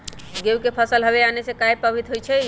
गेंहू के फसल हव आने से काहे पभवित होई छई?